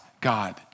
God